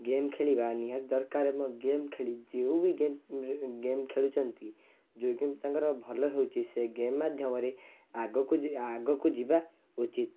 game ଖେଳିବା ନିହାତି ଦରକାର ଏବଂ ଗେମ୍ ଖେଳି ଯେଉଁ ବି ଗେମ୍ ଗେମ୍ ଖେଳୁଛନ୍ତି ଯେଉଁ କିନ୍ତୁ ତାଙ୍କର ଭଲ ହେଉଛି ସେଇ ଗେମ୍ ମଧ୍ୟରେ ଆଗକୁ ଯିବା ଆଗକୁ ଯିବା ଉଚିତ୍